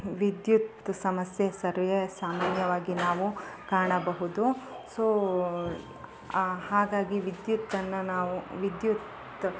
ವಿದ್ಯುತ್ ಸಮಸ್ಯೆ ಸರ್ವೇಸಾಮಾನ್ಯವಾಗಿ ನಾವು ಕಾಣಬಹುದು ಸೋ ಹಾಗಾಗಿ ವಿದ್ಯುತ್ತನ್ನ ನಾವು ವಿದ್ಯುತ್